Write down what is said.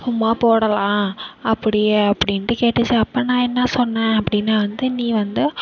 சும்மா போடலாம் அப்படியே அப்படின்டு கேட்டுச்சு அப்போ நான் என்னா சொன்ன அப்படினா வந்து நீ வந்து